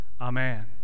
amen